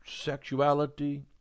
sexuality